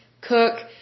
cook